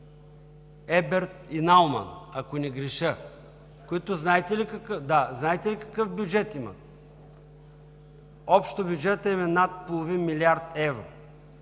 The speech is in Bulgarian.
„Еберт“ и „Науман“, ако не греша, които, знаете ли, какъв бюджет имат? Общо бюджетът им е над половин милиард евро.